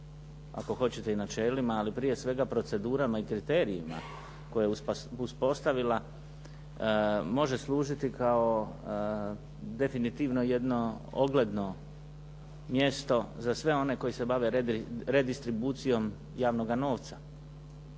ako hoćete i načelima, ali prije svega procedurama i kriterijima koje je uspostavila može služiti kao definitivno jedno ogledno mjesto za sve one koji se bavi redistribucijom javnoga novca.